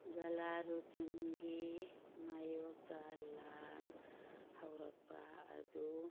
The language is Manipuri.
ꯖꯂꯥꯔꯨꯗꯤꯟꯒꯤ ꯃꯥꯏꯌꯣꯛꯇ ꯂꯥꯟ ꯍꯧꯔꯛꯄ ꯑꯗꯨ